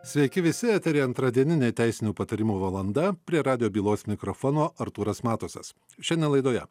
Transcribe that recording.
sveiki visi eteryje antradieninė teisinių patarimų valanda prie radijo bylos mikrofono artūras matusas šiandien laidoje